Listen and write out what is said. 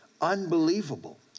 Unbelievable